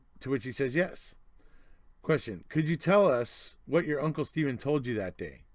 to which he says yes question could you tell us what your uncle steven told you that day?